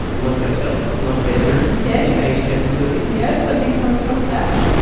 love hotels, love bedrooms yeah in aged care facilities? yes, i did come across that.